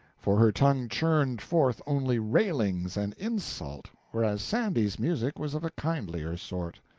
for her tongue churned forth only railings and insult, whereas sandy's music was of a kindlier sort.